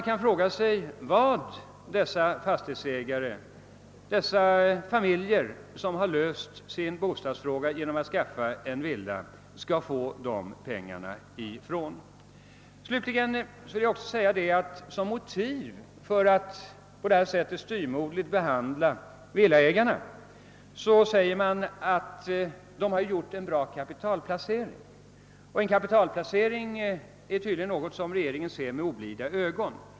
Varifrån skall dessa fastighetsägare, dessa familjer som har löst sin bostadsfråga genom att skaffa en villa, få de pengarna? Som motiv för att behandla villaägarna på detta styvmoderliga sätt anför man att de har gjort en bra kapitalplacering. En kapitalplacering är tydligen något som regeringen ser med oblida ögon.